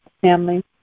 family